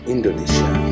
Indonesia